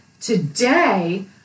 today